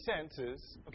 senses